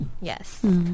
Yes